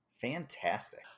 fantastic